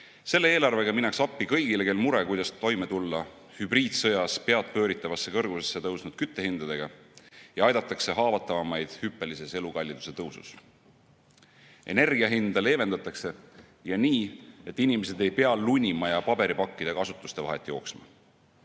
eelarvega minnakse appi kõigile, kel mure, kuidas toime tulla hübriidsõjas peadpööritavasse kõrgusesse tõusnud küttehindadega, ja aidatakse haavatavamaid hüppelises elukalliduse tõusus. Energia hinda leevendatakse ja nii, et inimesed ei pea lunima ja paberipakkidega asutuste vahet jooksma.